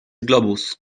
globus